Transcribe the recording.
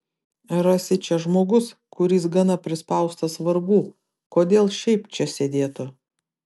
rasi čia žmogus kuris gana prispaustas vargų kodėl šiaip čia sėdėtų